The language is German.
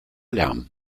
lärm